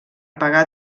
pagar